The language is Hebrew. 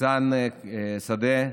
ניצן שדה,